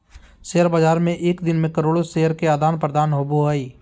share बाज़ार में एक दिन मे करोड़ो शेयर के आदान प्रदान होबो हइ